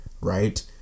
right